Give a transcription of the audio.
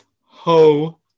ho